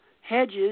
Hedges